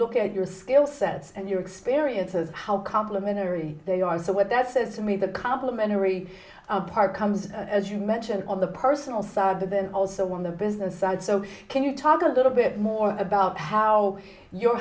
look at your skill sets and your experience of how complimentary they are so what that says to me the complimentary part comes as you mentioned on the personal side but then also in the business side so can you talk a little bit more about how your